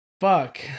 Fuck